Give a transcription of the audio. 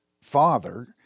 father